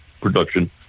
production